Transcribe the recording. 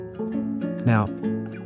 Now